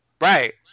Right